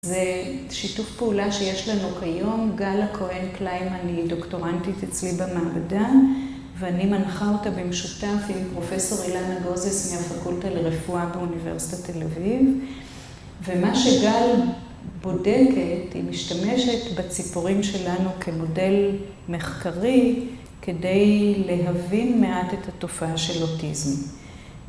זה שיתוף פעולה שיש לנו כיום. גל הכהן קליין היא דוקטורנטית אצלי במעבדה, ואני מנחה אותה במשותף עם פרופסור אילנה גוזס מהפקולטה לרפואה באוניברסיטת תל אביב. ומה שגל בודקת היא משתמשת בציפורים שלנו כמודל מחקרי, כדי להבין מעט את התופעה של אוטיזם.